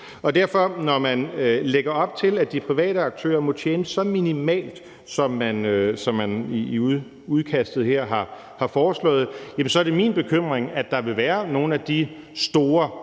sig selv. Så når man lægger op til, at de private aktører må tjene så minimalt, som man har foreslået i udkastet her, er det derfor min bekymring, at der vil være nogle af de store